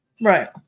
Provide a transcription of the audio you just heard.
Right